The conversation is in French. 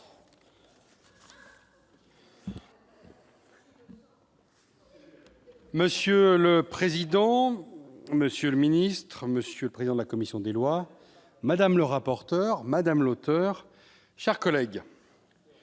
Monsieur le président, monsieur le ministre, monsieur le président de la commission des lois, madame le rapporteur, mes chers collègues,